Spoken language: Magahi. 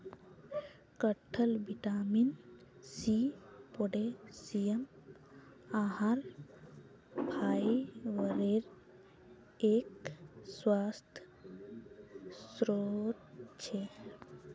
कटहल विटामिन सी, पोटेशियम, आहार फाइबरेर एक स्वस्थ स्रोत छे